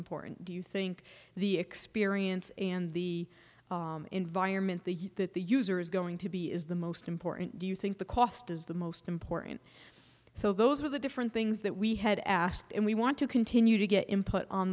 important do you think the experience and the environment the you that the user is going to be is the most important do you think the cost is the most important so those are the different things that we had asked and we want to continue to get input on